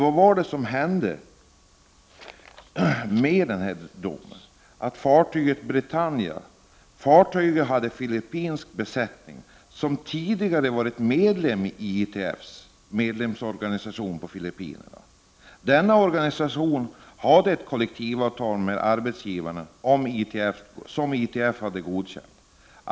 Följande hände nämligen: Fartyget Britannia hade filippinsk besättning som tidigare varit medlem i ITF:s medlemsorganisation på Filippinerna. Denna organisation hade ett kollektivavtal med arbetsgivaren som ITF godkänt.